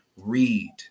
Read